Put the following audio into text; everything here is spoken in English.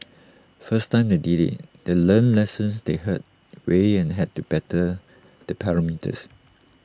first time they did IT they learnt lessons the hard way and had to better the parameters